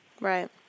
Right